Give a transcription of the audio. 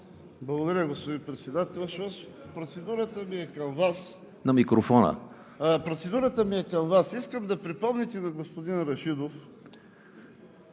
Благодаря, господин Председателстващ. Процедурата ми е към Вас. Искам да припомните на господин Рашидов,